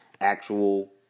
actual